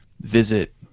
visit